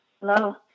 Hello